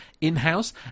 in-house